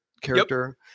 character